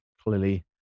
clearly